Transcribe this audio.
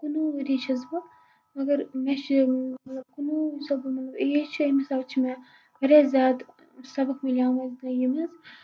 کُنہٕ وُہ ؤری چھَس بہٕ مَگر مےٚ چھُ کُنہٕ وُہ ؤرش مطلب ایج چھِ امہِ حِسابہٕ چھُ مےٚ واریاہ زیادٕ سَبق مِلیمُت زنٛدگی منٛز